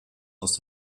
aus